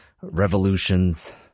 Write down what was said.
Revolutions